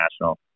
National